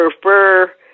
prefer